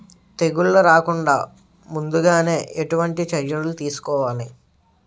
తెగుళ్ల రాకుండ ముందుగానే ఎటువంటి చర్యలు తీసుకోవాలి?